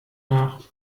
nach